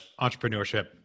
Entrepreneurship